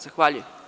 Zahvaljujem.